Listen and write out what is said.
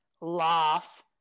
laugh